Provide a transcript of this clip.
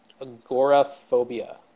Agoraphobia